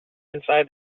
inside